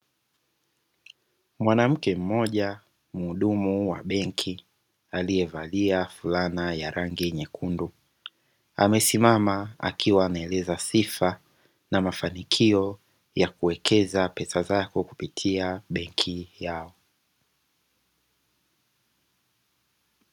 Mwanamke mmoja muhudumu wa benki aliyevalia fulana ya rangi nyekundu amesimama akiwa anaeleza sifa na mafanikio ya kuwekeza pesa zako kupitia benki yao.